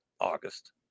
August